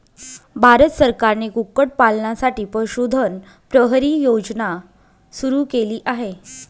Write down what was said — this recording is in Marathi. भारत सरकारने कुक्कुटपालनासाठी पशुधन प्रहरी योजना सुरू केली आहे